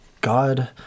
God